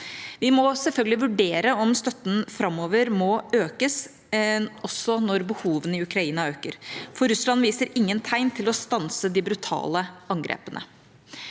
Vi må selvfølgelig vurdere om støtten framover også må økes når behovene i Ukraina øker, for Russland viser ingen tegn til å stanse de brutale angrepene.